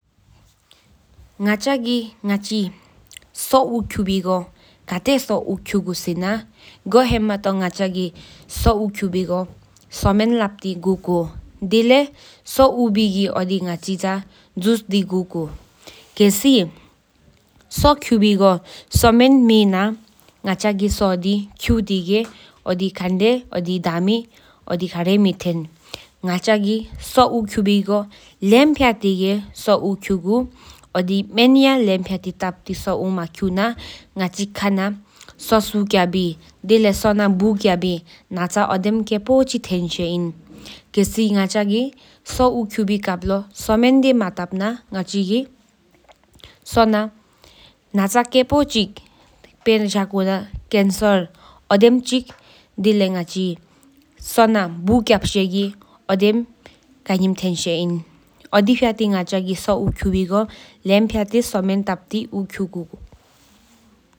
ང་ག་གི་ང་ག་ཅི་སོ་ཨུ་ཁྱུ་སྒོ་ཁ་སྟེསོ་ཨུ་ཁྱུ་གུ་སེ་ན་སྒོ་དེ་མ་བརྗོད་ནུག། དེ་ལསསོ་ཨུ་བེ་ཨོ་དི་གུཤ་དི་གུཀེལ་སེསོ་ཁྱུ་བི་གསོ་མེན་མ་ནུག་ང་ང་ག་གི་སོ་ཁྱུ་ཏི་ཨོ་དི་ད་ས། ང་ག་གི་ང་ག་ཅི་ཁ་ནསོ་སོ་ཁྱུ་དེ་ལས་གཟད་སོ་ན་པོ་ཁྱི་ཅི་མི་ཡང་ང་ག་ག་གི་ང་ང་གི་སོ་ཁྱུ་ལབས་བཀོ་དགས་མོ་དེ་ད་མེ་ཡས། གཡ་པས་སོ་ཟ་ག་གི་སོ་ཨུ་ཁྱུ་བི་གི་ལེམ་འབྲས་ར་སོ་ཨུ་ཁྱུ་སྒོ་གོ་བཞན།